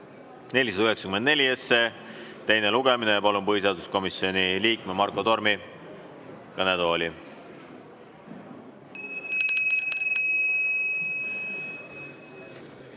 494 teine lugemine. Palun põhiseaduskomisjoni liikme Marko Tormi kõnetooli.